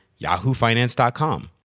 yahoofinance.com